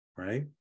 Right